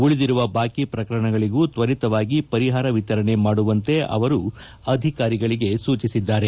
ಉಳಿದಿರುವ ಬಾಕಿ ಪ್ರಕರಣಗಳಿಗೂ ತ್ವರಿತವಾಗಿ ಪರಿಹಾರ ವಿತರಣೆ ಮಾಡುವಂತೆ ಅವರು ಅಧಿಕಾರಿಗಳಿಗೆ ಸೂಚಿಸಿದ್ದಾರೆ